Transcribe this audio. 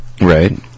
Right